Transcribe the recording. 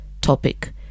topic